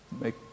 make